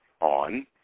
on